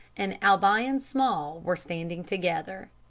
and albion small were standing together.